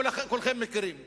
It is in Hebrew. כולכם מכירים אותה.